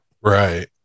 Right